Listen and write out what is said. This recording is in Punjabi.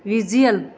ਵਿਜੀਅਲ